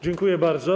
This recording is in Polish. Dziękuję bardzo.